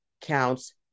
counts